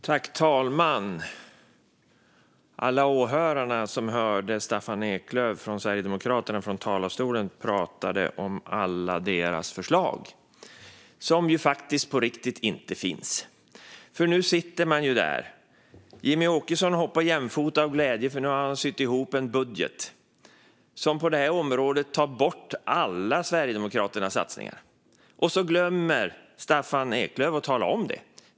Fru talman! Alla åhörare fick höra Staffan Eklöf från Sverigedemokraterna från talarstolen prata om alla Sverigedemokraternas förslag, som ju faktiskt inte finns på riktigt. Nu sitter man där. Jimmie Åkesson hoppar jämfota av glädje, för nu har han sytt ihop en budget - som på detta område tar bort alla Sverigedemokraternas satsningar. Och så glömmer Staffan Eklöf att tala om detta.